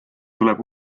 tuleb